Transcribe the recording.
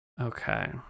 okay